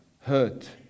hurt